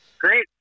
Great